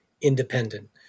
independent